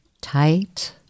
Tight